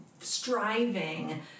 striving